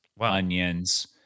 onions